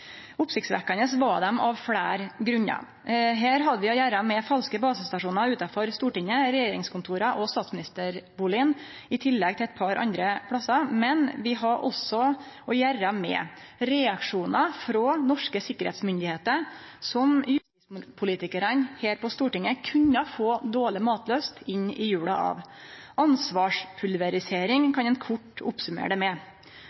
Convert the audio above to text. var dei av fleire grunnar. Her hadde vi å gjere med falske basestasjonar utanfor Stortinget, regjeringskontora og statsministerbustaden, i tillegg til eit par andre plassar, men vi hadde også å gjere med reaksjonar frå norske sikkerheitsmyndigheiter som justispolitikarane her på Stortinget kunne få dårleg matlyst inn i jula av. Ansvarspulverisering kan ein kort summere det opp med.